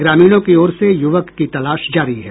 ग्रामीणों की ओर से युवक की तलाश जारी है